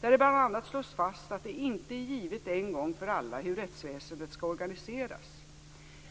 där det bl.a. slås fast att det inte är givet en gång för alla hur rättsväsendet skall organiseras.